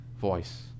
voice